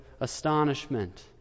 astonishment